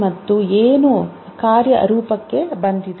ಮತ್ತು ಏನು ಕಾರ್ಯರೂಪಕ್ಕೆ ಬಂದಿದೆ